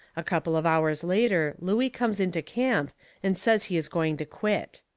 a couple of hours later looey comes into camp and says he is going to quit.